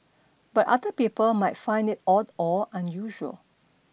but other people might find it odd or unusual